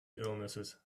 illnesses